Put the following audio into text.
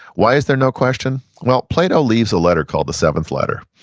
why is there no question? well, plato leaves a letter called the seventh letter,